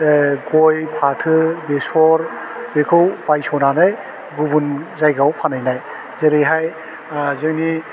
ओह गय फाथो बेसर बेखौ बायस'नानै गुबुन जायगायाव फानहैनाय जेरैहाय ओह जोंनि